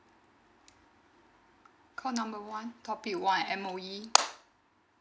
call number one topic one M_O_E